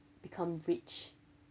become rich